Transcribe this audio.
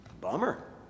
Bummer